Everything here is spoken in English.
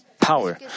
power